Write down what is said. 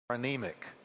anemic